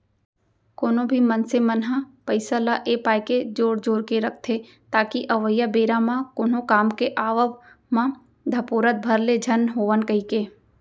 कोनो भी मनसे मन ह पइसा ल ए पाय के जोर जोर के रखथे ताकि अवइया बेरा म कोनो काम के आवब म धपोरत भर ले झन होवन कहिके